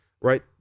right